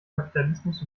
kapitalismus